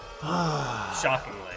Shockingly